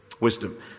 Wisdom